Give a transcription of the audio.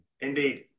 indeed